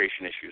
issues